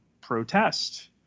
protest